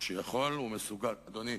שיכול ומסוגל, אדוני,